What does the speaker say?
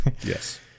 Yes